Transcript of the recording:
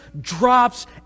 drops